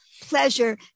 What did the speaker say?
pleasure